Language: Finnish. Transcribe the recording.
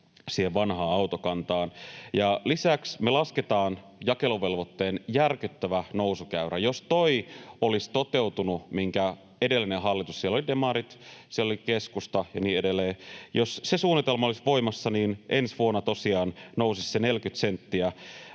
siihen vanhaan autokantaan. Lisäksi me lasketaan jakeluvelvoitteen järkyttävä nousukäyrä. Jos tuo edellisen hallituksen — siellä olivat demarit, keskusta ja niin edelleen — suunnitelma olisi voimassa, ensi vuonna nousisi sen 40 senttiä